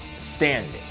standing